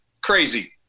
crazy